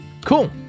Cool